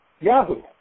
Yahoo